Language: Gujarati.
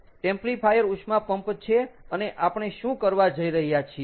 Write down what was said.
ટેમ્પ્લીફાયર ઉષ્મા પંપ છે અને આપણે શું કરવા જઈ રહ્યા છીએ